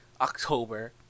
October